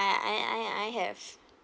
I I I I have